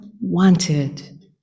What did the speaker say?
wanted